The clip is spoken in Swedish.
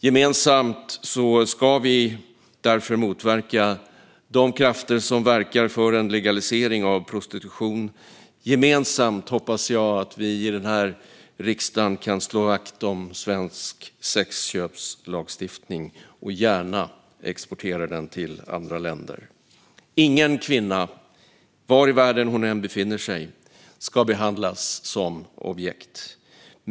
Gemensamt ska vi därför motverka de krafter som verkar för en legalisering av prostitution. Jag hoppas att vi gemensamt i denna riksdag kan slå vakt om svensk sexköpslagstiftning och gärna exportera den till andra länder. Ingen kvinna, var i världen hon än befinner sig, ska behandlas som objekt.